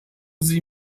sie